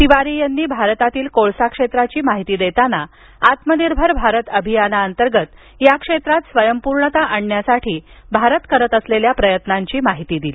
तिवारी यांनी भारतातील कोळसा क्षेत्राची माहिती देताना आत्मनिर्भर भारत अभियानाअंतर्गत या क्षेत्रात स्वयंपूर्णता आणण्यासाठी भारत करत असलेल्या प्रयत्नांची माहिती दिली